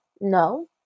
No